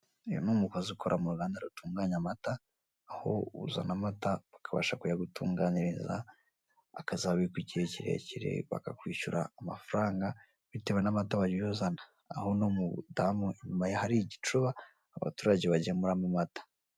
Uyu ni umukozi ukora mu ruganda rutunganya amata, aho uzana amata bakabasha kuyagutunganyiriza akazabikwa igihe kirekire bakakwishyura amafaranga bitewe n'amata wagiye uzana. Aho uno mudamu inyuma ye hari igicuba abaturage bagemuramo amata.